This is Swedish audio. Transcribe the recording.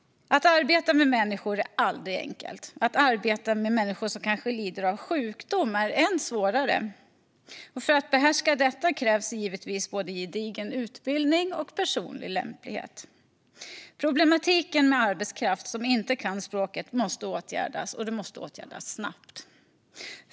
Att arbeta med människor är aldrig enkelt. Att arbeta med människor som kanske lider av sjukdom är än svårare. För att behärska detta krävs givetvis både gedigen utbildning och personlig lämplighet. Problematiken med arbetskraft som inte kan språket måste åtgärdas, och det måste åtgärdas snabbt.